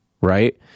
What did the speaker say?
right